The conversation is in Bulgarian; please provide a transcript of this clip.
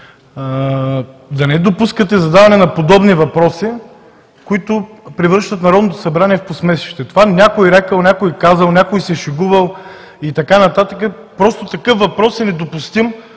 да не допускате задаване на подобни въпроси, които превръщат Народното събрание в посмешище. Това някой рекъл, някой казал, някой се шегувал и така нататък, такъв въпрос е недопустим